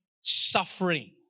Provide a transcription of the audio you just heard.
suffering